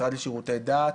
משרד לשירותי דת,